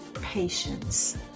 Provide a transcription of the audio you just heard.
patience